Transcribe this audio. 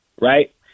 right